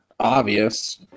obvious